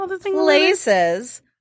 places